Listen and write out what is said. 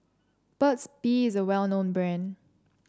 Burt's Bee is a well known brand